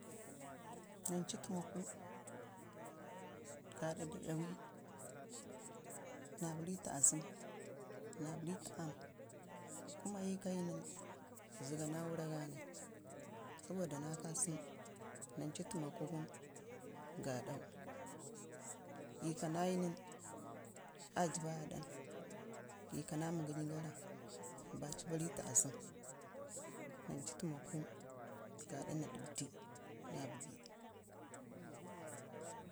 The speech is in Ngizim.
nakuu tumaku gaaɗa da yawii nag baritu aazəm nea bari aam kuma yukana yu nən a jiba aaɗan kyaka iyu nən aa jibaaada ika na məgənyi gar a zəga na wurra ga, nacur tumaku gaɗa na ɗəbji naa bi daggda.